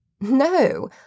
No